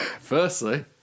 Firstly